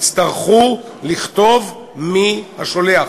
יצטרכו לכתוב מי השולח.